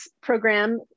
program